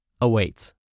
awaits